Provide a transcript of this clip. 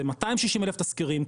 זה 260,000 תזכירים,